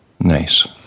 Nice